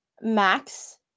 Max